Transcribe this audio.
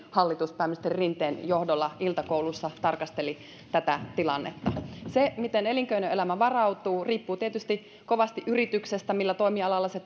hallitus pääministeri rinteen johdolla iltakoulussa tarkasteli tätä tilannetta se miten elinkeinoelämä varautuu riippuu tietysti kovasti yrityksestä ja siitä millä toimialalla se